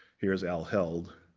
here's al held.